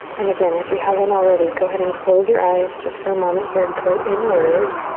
and again, if you haven't already, go ahead and close your eyes just for moment here, go inward.